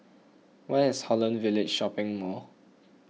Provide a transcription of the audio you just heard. where is Holland Village Shopping Mall